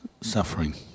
suffering